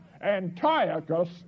Antiochus